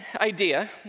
idea